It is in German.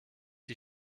die